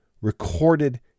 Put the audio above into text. recorded